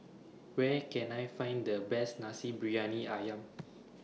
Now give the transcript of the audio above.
Where Can I Find The Best Nasi Briyani Ayam